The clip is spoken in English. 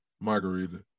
margarita